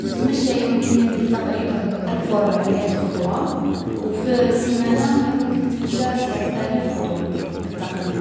نتمشى يوميا بالتقريب هاكاك ألف و ربعمية خطوة. و في السيمانة نـ هاكاك نتمشى سبعة آلاف خطوة، بالتقريب.